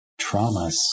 traumas